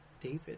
David